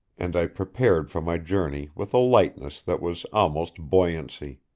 and i prepared for my journey with a lightness that was almost buoyancy.